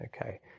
Okay